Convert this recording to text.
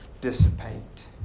dissipate